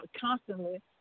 constantly